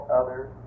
others